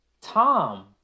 Tom